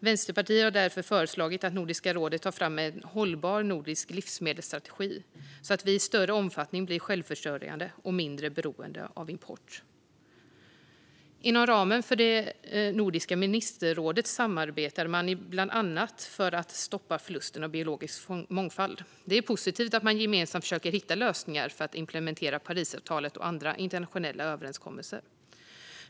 Vänsterpartiet har därför föreslagit att Nordiska rådet ska ta fram en hållbar nordisk livsmedelsstrategi så att vi i större omfattning blir självförsörjande och mindre beroende av import. Inom ramen för Nordiska ministerrådet samarbetar man bland annat för att stoppa förlusten av biologisk mångfald. Det är positivt att man gemensamt försöker hitta lösningar för att implementera Parisavtalet och andra internationella överenskommelser.